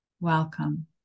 welcome